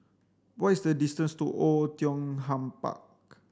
what is the distance to Oei Tiong Ham Park